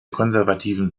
konservativen